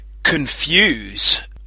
Confuse